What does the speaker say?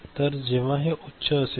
तर जेव्हा हे उच्च असेल